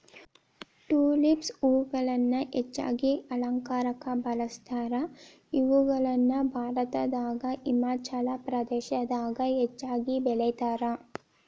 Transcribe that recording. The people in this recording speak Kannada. ಟುಲಿಪ್ಸ್ ಹೂಗಳನ್ನ ಹೆಚ್ಚಾಗಿ ಅಲಂಕಾರಕ್ಕ ಬಳಸ್ತಾರ, ಇವುಗಳನ್ನ ಭಾರತದಾಗ ಹಿಮಾಚಲ ಪ್ರದೇಶದಾಗ ಹೆಚ್ಚಾಗಿ ಬೆಳೇತಾರ